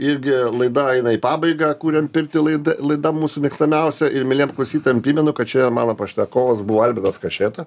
irgi laida eina į pabaigą kuriam pirkti laida laida mūsų mėgstamiausia ir mieliem klausytojam primenu kad šiandien mano pašnekovas buvo albertas kašėta